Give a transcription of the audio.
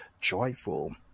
joyful